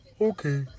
Okay